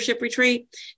retreat